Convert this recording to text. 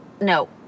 No